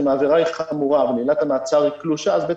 אם העבירה חמורה אבל עילת המעצר קלושה אז בית